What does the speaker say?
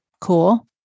Cool